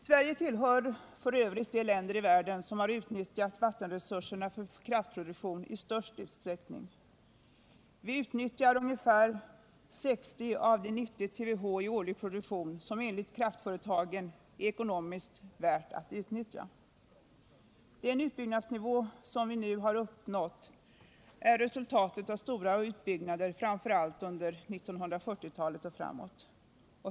Sverige tillhör f. ö. de länder i världen som har utnyttjat vattenresurserna för kraftproduktion i största utsträckning. Vi utnyttjar ungefär 60 av de 90 TWh i årlig produktion som enligt kraftföretagen är ekonomiskt värda att utnyttja. Den utbyggnadsnivå som nu har uppnåtts är resultatet av stora utbyggnader fram för allt under 1940-talet och framåt.